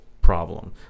problem